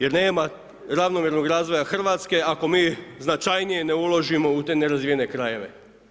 Jer nema ravnomjernog razvoja Hrvatske ako mi značajnije ne uložimo u te nerazvijene krajeve.